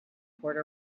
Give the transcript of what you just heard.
poured